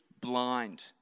blind